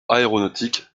aéronautique